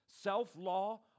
Self-law